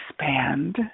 expand